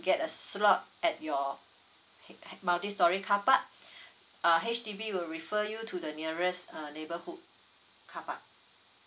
get a slot at your h~ h~ multistorey car park err H_D_B will refer you to the nearest uh neighbourhood car park